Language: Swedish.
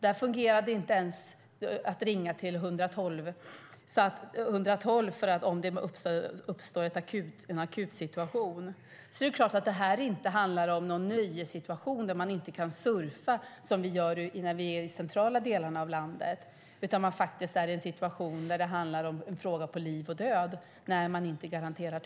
Där fungerade det inte ens att ringa till 112 om det hade uppstått en akut situation. Det är klart att det här inte handlar om någon nöjessituation där man inte kan surfa som vi gör när vi är i centrala delarna av landet, utan man är faktiskt i en situation där det handlar om liv och död när täckningen inte garanteras.